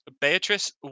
Beatrice